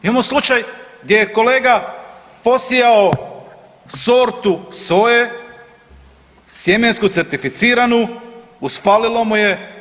Imamo slučaj gdje je kolega posijao sortu soje, sjemensku, sortificiranu, usfalilo mu je.